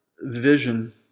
vision